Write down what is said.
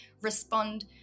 respond